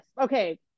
Okay